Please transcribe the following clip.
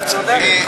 אתה צודק,